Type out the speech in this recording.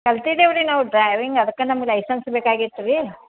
ಕಲ್ತಿದ್ದೀವಿ ರೀ ನಾವು ಡ್ರೈವಿಂಗ್ ಅದ್ಕೆ ನಮ್ಗೆ ಲೈಸೆನ್ಸ್ ಬೇಕಾಗಿತ್ತು ರೀ